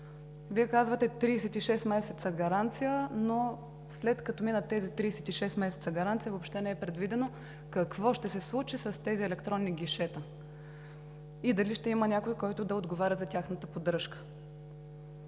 Вие казвате: 36 месеца гаранция, но след като минат тези 36 месеца гаранция, въобще не е предвидено какво ще се случи с тези електрони гишета и дали ще има някой, който да отговаря за тяхната поддръжка.